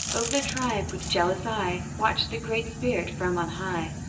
over the tribe, with jealous eye, watched the great spirit from on high,